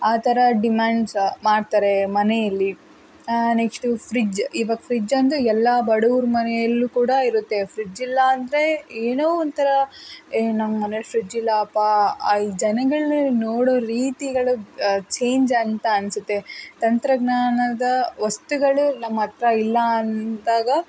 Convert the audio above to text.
ಆ ಥರ ಡಿಮ್ಯಾಂಡ್ಸ್ ಮಾಡ್ತಾರೆ ಮನೆಯಲ್ಲಿ ನೆಕ್ಸ್ಟು ಫ್ರಿಜ್ಜ್ ಇವಾಗ್ ಫ್ರಿಜ್ಜ್ ಅಂತೂ ಎಲ್ಲ ಬಡವ್ರ ಮನೆಯಲ್ಲೂ ಕೂಡ ಇರುತ್ತೆ ಫ್ರಿಜ್ಜಿಲ್ಲ ಅಂದರೆ ಏನೋ ಒಂಥರ ಏ ನಮ್ಮ ಮನೆಯಲ್ಲಿ ಫ್ರಿಜ್ಜಿಲ್ಲ ಅಪ್ಪಾ ಈ ಜನಗಳು ನೋಡೋ ರೀತಿಗಳು ಚೇಂಜ್ ಅಂತ ಅನಿಸುತ್ತೆ ತಂತ್ರಜ್ಞಾನದ ವಸ್ತುಗಳು ನಮ್ಮ ಹತ್ರ ಇಲ್ಲ ಅಂದಾಗ